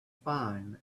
fine